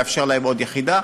לאפשר להם עוד יחידה,